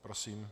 Prosím.